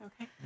Okay